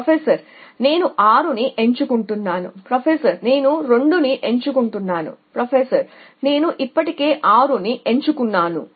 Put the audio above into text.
professor నేను 6 ని ఎంచుకుంటాను ప్రొఫెసర్ నేను 2 ని ఎంచుకుంటాను ప్రొఫెసర్ నేను ఇప్పటికే 6 ని ఎంచుకున్నాను